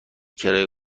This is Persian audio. کرایه